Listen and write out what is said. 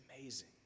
amazing